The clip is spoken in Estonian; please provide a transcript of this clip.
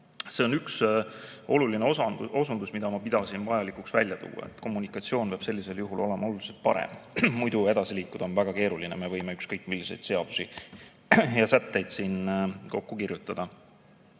See on üks oluline osundus, mida ma pidasin vajalikuks välja tuua, et kommunikatsioon peab sellisel juhul olema oluliselt parem. Muidu on edasi liikuda väga keeruline, kuigi me võime ükskõik milliseid seadusi ja sätteid siin kokku kirjutada.